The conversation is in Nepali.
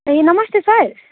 ए नमस्ते सर